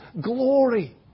glory